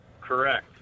Correct